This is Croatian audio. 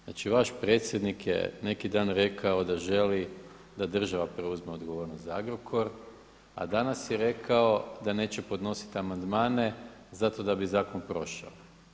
Znači vaš predsjednik je neki dan rekao da želi da država preuzme odgovornost za Agrokor a danas je rekao da neće podnositi amandmane zato da bi zakon prošao.